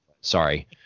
Sorry